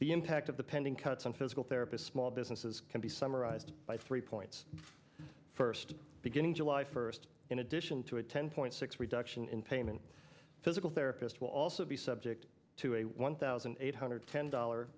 the impact of the pending cuts on physical therapist small businesses can be summarized by three points first beginning july first in addition to a ten point six reduction in payment physical therapist will also be subject to a one thousand eight hundred ten dollar